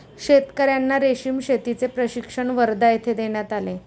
शेतकर्यांना रेशीम शेतीचे प्रशिक्षण वर्धा येथे देण्यात आले